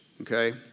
okay